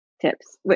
tips